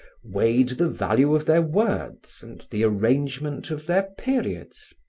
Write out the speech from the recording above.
weighed the value of their words and the arrangement of their periods.